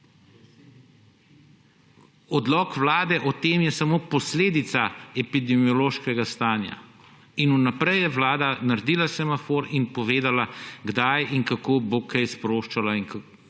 Odlok Vlade o tem je samo posledica epidemiološkega stanja. In vnaprej je Vlada naredila semafor in povedala, kdaj in kako bo kaj sproščala in kako ne